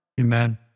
Amen